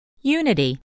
Unity